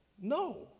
No